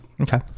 Okay